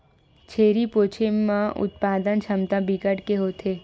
छेरी पोछे म उत्पादन छमता बिकट के होथे